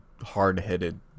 hard-headed